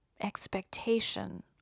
expectation